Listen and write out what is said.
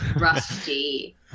Rusty